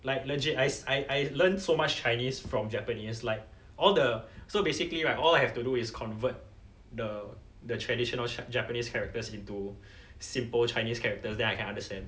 like legit I I I I learn so much chinese from japanese like all the so basically right all I have to do is convert the the traditional japanese characters into simple chinese characters then I can understand